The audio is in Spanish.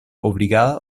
obligada